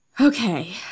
Okay